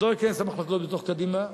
אז אני לא אכנס למחלוקות בתוך קדימה.